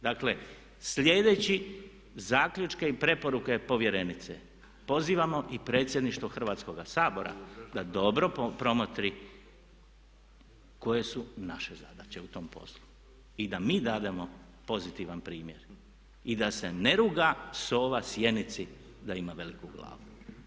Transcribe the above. Dakle, sljedeći zaključke i preporuke povjerenice pozivamo i Predsjedništvo Hrvatskoga sabora da dobro promotri koje su naše zadaće u tom poslu i da mi dademo pozitivan primjer i da se ne ruga sova sjenici da ima veliku glavu.